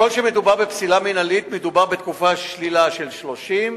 ככל שמדובר בפסילה מינהלית מדובר בתקופת שלילה של 30,